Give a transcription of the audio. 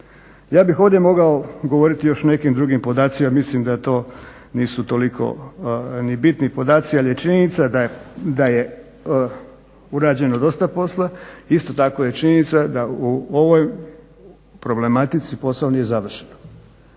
Ja bih ovdje mogao govoriti o još nekim drugim podacima, mislim da to nisu toliko ni bitni podaci ali je činjenica da je urađeno dosta posla, isto tako je činjenica da u ovoj problematici posao nije završen.